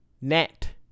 Net